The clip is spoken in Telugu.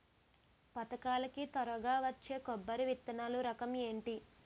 పథకాల కి త్వరగా వచ్చే కొబ్బరి విత్తనాలు రకం ఏంటి?